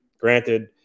granted